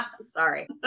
Sorry